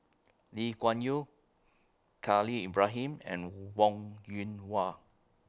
Lee Kuan Yew Khalil Ibrahim and Wong Yoon Wah